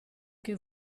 che